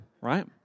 right